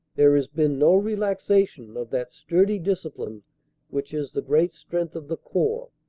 there has been no relaxation of that sturdy discipline which is the great strength of the corps,